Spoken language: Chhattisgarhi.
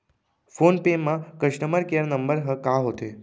फोन पे म कस्टमर केयर नंबर ह का होथे?